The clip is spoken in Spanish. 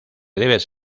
debes